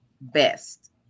best